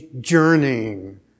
journeying